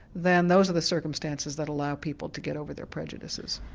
then those are the circumstances that allow people to get over their prejudices.